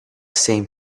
same